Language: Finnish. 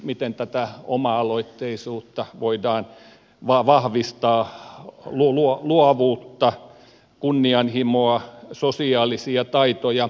miten tätä oma aloitteisuutta voidaan vahvistaa luovuutta kunnianhimoa sosiaalisia taitoja